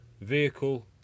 vehicle